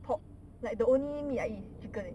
pork like the only meat I eat is chicken eh